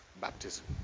baptism